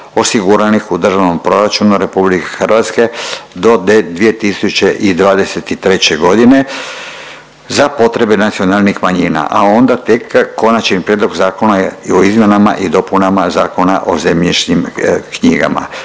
osiguranih u Državnom proračunu RH do 2023.g. za potrebe nacionalnih manjina, a onda tek Konačni prijedlog zakona o izmjenama i dopunama Zakona o zemljišnim knjigama.